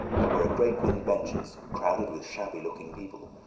there were a great many benches, crowded with shabby-looking people,